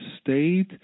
state